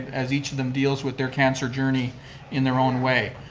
as each of them deals with their cancer journey in their own way.